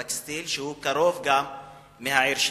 לטקסטיל, שהוא קרוב לעיר שלי.